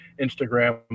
Instagram